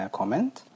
comment